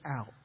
out